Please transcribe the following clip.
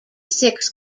six